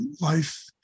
life